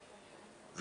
קליטה,